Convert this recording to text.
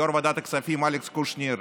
ליושב-ראש ועדת כספים אלכס קושניר,